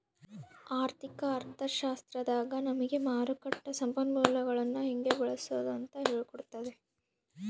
ಆರ್ಥಿಕ ಅರ್ಥಶಾಸ್ತ್ರದಾಗ ನಮಿಗೆ ಮಾರುಕಟ್ಟ ಸಂಪನ್ಮೂಲಗುಳ್ನ ಹೆಂಗೆ ಬಳ್ಸಾದು ಅಂತ ಹೇಳಿ ಕೊಟ್ತತೆ